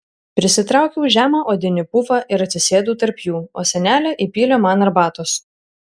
prisitraukiau žemą odinį pufą ir atsisėdau tarp jų o senelė įpylė man arbatos